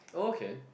okay